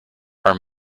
our